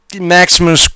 maximum